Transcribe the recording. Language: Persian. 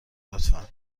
لطفا